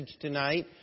tonight